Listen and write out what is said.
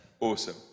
awesome